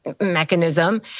Mechanism